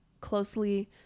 closely